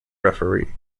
referee